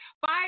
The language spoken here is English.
five